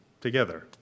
together